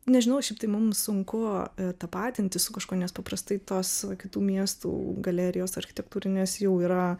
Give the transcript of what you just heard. nežinau šiaip tai mum sunku tapatintis su kažkuo nes paprastai tos kitų miestų galerijos architektūrinės jau yra